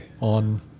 on